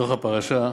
בתוך הפרשה,